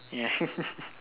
ya